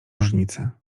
różnicy